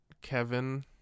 Kevin